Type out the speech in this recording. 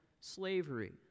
slavery